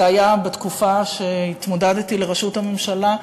זה היה בתקופה שהתמודדתי על ראשות הממשלה,